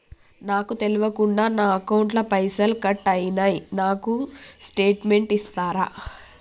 నాకు తెల్వకుండా నా అకౌంట్ ల పైసల్ కట్ అయినై నాకు స్టేటుమెంట్ ఇస్తరా?